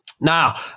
Now